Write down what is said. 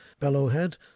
Bellowhead